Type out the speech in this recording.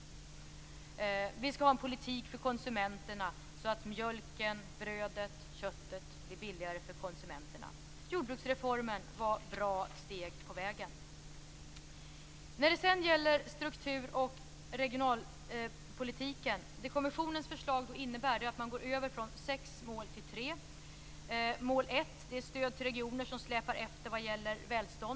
Vi skall ha en politik för konsumenterna, så att mjölken, brödet, köttet blir billigare för konsumenterna. Jordbruksreformen var bra steg på vägen. Kommissionens förslag när det gäller strukturoch regionalpolitiken innebär att man går över från sex mål till tre. Mål 1 är stöd till regioner som släpar efter vad gäller välstånd.